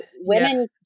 Women